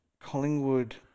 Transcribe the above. Collingwood